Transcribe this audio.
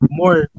more